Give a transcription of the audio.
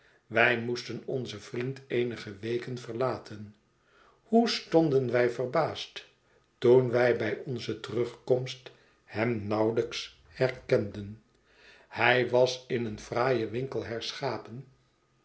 wij moesten onzen vriend eenige weken verlaten hoe stonden wij verbaasd toen wij bij onze terugkomst hem nauwelijks herkenden hij was in een fraaien winkel herschapen